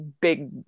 big